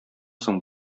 соң